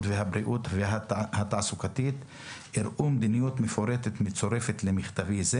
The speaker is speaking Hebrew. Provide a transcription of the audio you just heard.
והבריאות התעסוקתית ראו מדיניות מפורטת מצורפת למכתבי זה.